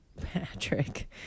patrick